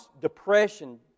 depression